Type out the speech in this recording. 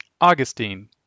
Augustine